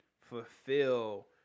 fulfill